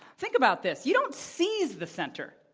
think about this. you don't seize the center.